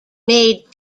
made